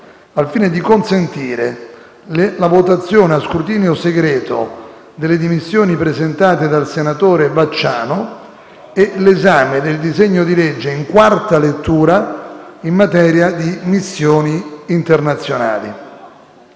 al fine di consentire la votazione a scrutinio segreto delle dimissioni presentate dal senatore Vacciano e l'esame del disegno di legge in quarta lettura in materia di missioni internazionali.